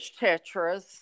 Tetris